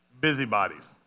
busybodies